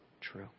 true